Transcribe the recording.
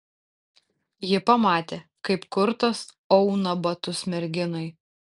ji pamatė kaip kurtas auna batus merginai